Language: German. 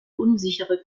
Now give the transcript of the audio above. unsichere